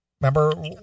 Remember